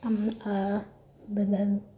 આમ બધા